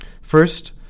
first